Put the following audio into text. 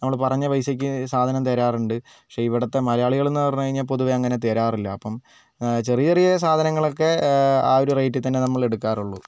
നമ്മൾ പറഞ്ഞ പൈസയ്ക്ക് സാധനം തരാറുണ്ട് പക്ഷേ ഇവിടുത്തെ മലയാളികൾ എന്ന് പറഞ്ഞു കഴിഞ്ഞാൽ പൊതുവേ അങ്ങനെ തരാറില്ല അപ്പം ചെറിയ ചെറിയ സാധനങ്ങളൊക്കെ ആ ഒരു റേറ്റിൽ തന്നെ നമ്മൾ എടുക്കാറുള്ളൂ